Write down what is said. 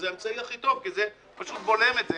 זה האמצעי הכי טוב כי זה פשוט בולם את זה,